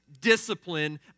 discipline